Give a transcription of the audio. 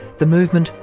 the movement,